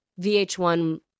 VH1